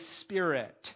Spirit